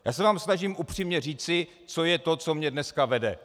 Já se vám snažím upřímně říci, co je to, co mě dneska vede.